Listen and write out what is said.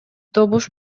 добуш